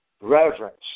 reverence